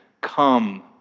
come